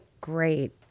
great